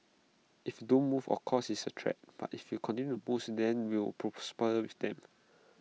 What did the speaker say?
if don't move of course it's A threat but if you continue moves then we prosper with them